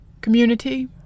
community